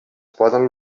poden